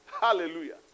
Hallelujah